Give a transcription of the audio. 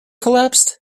collapsed